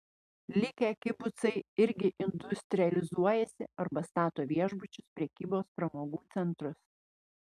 likę kibucai irgi industrializuojasi arba stato viešbučius prekybos pramogų centrus